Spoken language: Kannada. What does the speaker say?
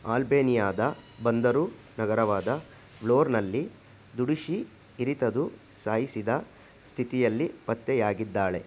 ಅಲ್ಬೇನಿಯಾದ ಬಂದರು ನಗರವಾದ ವ್ಲೋರ್ನಲ್ಲಿ ದುಡುಶಿ ಇರಿತ ಸಾಯಿಸಿದ ಸ್ಥಿತಿಯಲ್ಲಿ ಪತ್ತೆಯಾಗಿದ್ದಾಳೆ